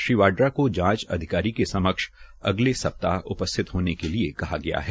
श्री वाड्रा को जांच अधिकारी के समक्ष अगले सप्ताह उपस्थित होने को कहा गया है